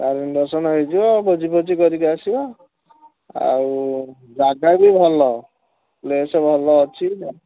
ତା'ର ଇଣ୍ଡକ୍ସନ୍ ନେଇଯିବ ଭୋଜି ଫୋଜି କରିକି ଆସିବା ଆଉ ଯାଗା ବି ଭଲ ପ୍ଲେସ୍ ଭଲ ଅଛି